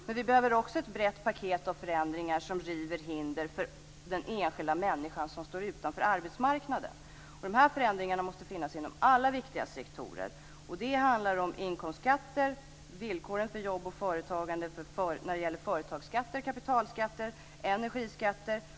Men vi behöver också ett brett paket av förändringar som river hinder för den enskilda människan som står utanför arbetsmarknaden. Dessa förändringar måste ske inom alla viktiga sektorer. Det handlar om inkomstskatter, villkoren för jobb och företagande, företagsskatter, kapitalskatter och energiskatter.